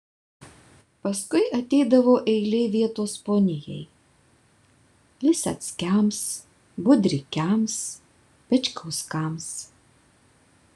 paskui ateidavo eilė vietos ponijai liseckiams budrikiams pečkauskams